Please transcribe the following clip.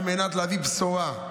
על מנת להביא בשורה.